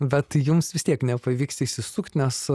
vat jums vis tiek nepavyks išsisukt nes